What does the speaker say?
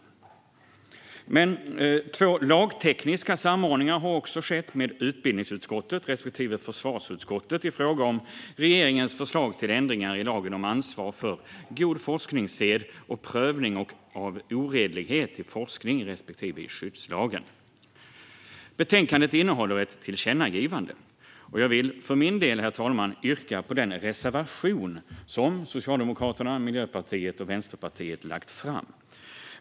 En ny beteckning för kommuner på regional nivå och vissa frågor om regionindelning Två lagtekniska samordningar har också skett med utbildningsutskottet respektive försvarsutskottet i fråga om regeringens förslag till ändringar i lagen om ansvar för god forskningssed och prövning av oredlighet i forskning respektive i skyddslagen. I betänkandet föreslås ett tillkännagivande. Jag vill för min del, herr talman, yrka bifall till den reservation som Socialdemokraterna, Miljöpartiet och Vänsterpartiet har lagt fram.